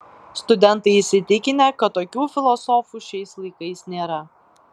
studentai įsitikinę kad tokių filosofų šiais laikais nėra